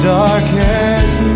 darkest